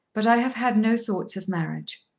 but i have had no thoughts of marriage.